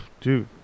dude